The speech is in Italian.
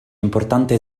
importante